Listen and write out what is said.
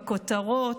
בכותרות.